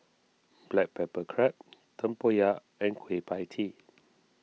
Black Pepper Crab Tempoyak and Kueh Pie Tee